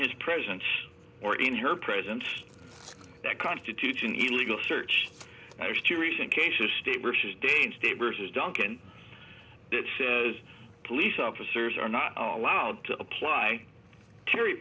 his presence or in her presence that constitutes an e legal search there's two recent cases state versus danged abers duncan that says police officers are not allowed to apply carry